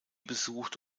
besucht